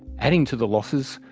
adding to the losses,